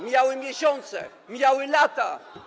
Mijały miesiące, mijały lata.